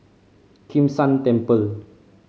Kim San Temple